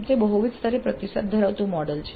તે બહુવિધ સ્તરે પ્રતિસાદ ધરાવતું મોડેલ છે